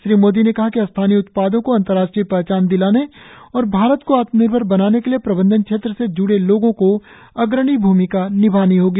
श्री मोदी ने कहा कि स्थानीय उत्पादों को अंतर्राष्ट्रीय पहचान दिलाने और भारत को आत्मनिर्भर बनाने के लिए प्रबंधन क्षेत्र से जूडे लोगों को अग्रणी भूमिका निभानी होगी